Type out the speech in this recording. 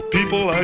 People